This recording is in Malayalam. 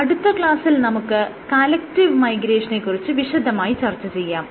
അടുത്ത ക്ലാസ്സിൽ നമുക്ക് കലക്ടീവ് മൈഗ്രേഷനെ കുറിച്ച് വിശദമായി ചർച്ച ചെയ്യാം